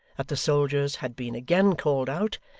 that the soldiers had been again called out,